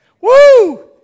Woo